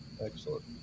excellent